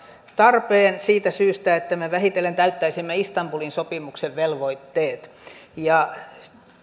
tarpeen siitä syystä että me vähitellen täyttäisimme istanbulin sopimuksen velvoitteet